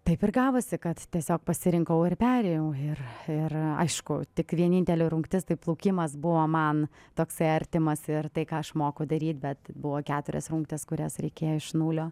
taip ir gavosi kad tiesiog pasirinkau ir perėjau ir ir aišku tik vienintelė rungtis tai plaukimas buvo man toksai artimas ir tai ką aš moku daryti bet buvo keturios rungtys kurias reikėjo iš nulio